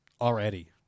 Already